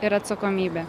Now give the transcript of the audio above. ir atsakomybė